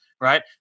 right